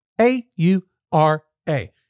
A-U-R-A